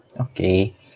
Okay